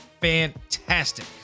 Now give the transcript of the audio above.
fantastic